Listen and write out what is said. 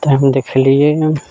तऽ हम देखलियै